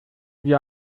wir